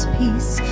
peace